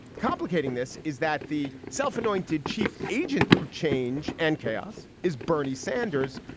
complicating this is that the self-anointed chief agent of change and chaos is bernie sanders,